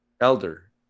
Elder